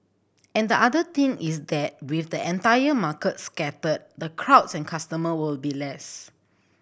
and the other thing is that with the entire market scattered the crowds and customers will be less